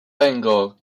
bangor